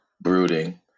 brooding